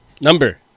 number